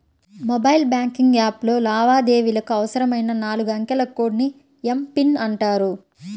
mobile banking యాప్లో లావాదేవీలకు అవసరమైన నాలుగు అంకెల కోడ్ ని ఎమ్.పిన్ అంటారు